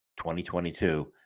2022